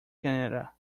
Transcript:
canada